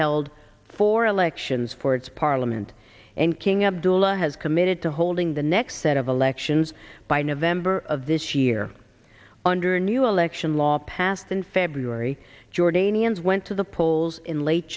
held four elections for its parliament and king abdullah has committed to holding the next set of elections by november of this year under a new election law passed in february jordanians went to the polls in late